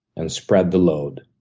and spread the load.